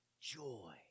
joy